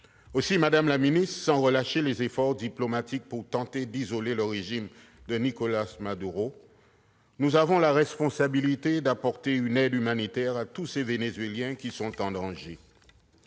! Madame la secrétaire d'État, sans relâcher les efforts diplomatiques pour tenter d'isoler le régime de Nicolás Maduro, nous avons donc la responsabilité d'apporter une aide humanitaire à tous les Vénézuéliens qui sont en danger.